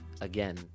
again